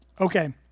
Okay